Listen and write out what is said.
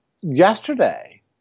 yesterday